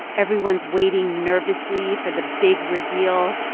everyone's waiting nervously for the big reveal.